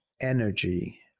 energy